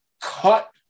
cut